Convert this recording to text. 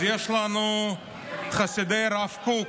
יש לנו את חסידי הרב קוק,